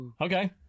okay